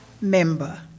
member